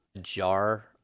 jar